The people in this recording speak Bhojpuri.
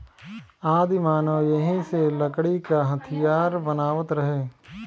आदिमानव एही से लकड़ी क हथीयार बनावत रहे